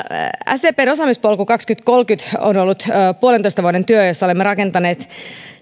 sdpn osaamispolku kaksituhattakolmekymmentä on ollut puolentoista vuoden työ jossa olemme rakentaneet